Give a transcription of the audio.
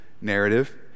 narrative